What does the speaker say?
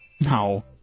No